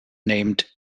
named